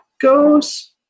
goes